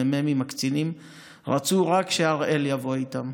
המ"מים והקצינים רצו שרק הראל יבוא איתם.